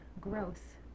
growth